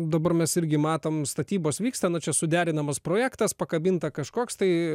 dabar mes irgi matom statybos vyksta čia suderinamas projektas pakabinta kažkoks tai